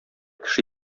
кеше